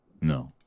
No